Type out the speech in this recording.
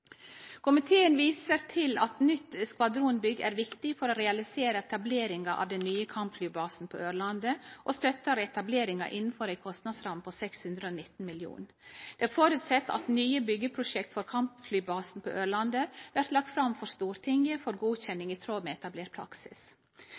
Komiteen viser til at eit nytt skvadronsbygg er viktig for å realisere etableringa av den nye kampflybasen på Ørlandet, og støttar etableringa innanfor ei kostnadsramme på 619 mill. kr. Ein føreset at nye byggjeprosjekt for kampflybasen på Ørlandet blir lagde fram for Stortinget for